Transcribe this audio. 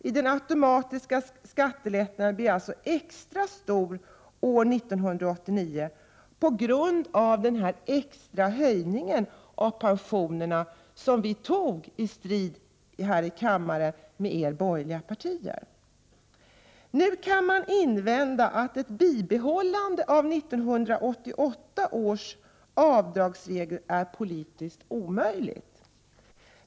Denna automatiska skattelättnad blir extra stor år 1989, på grund av den extra höjningen av 35 pensionerna, som vi fattade beslut om här i kammaren i strid med de borgerliga partierna. Nu kan man invända att ett bibehållande av 1988 års avdragsregler är politiskt omöjligt.